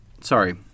sorry